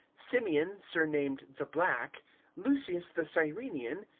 symeon surnamed the black lucius the cyrenaean,